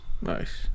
nice